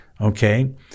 Okay